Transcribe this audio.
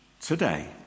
today